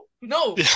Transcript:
No